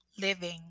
living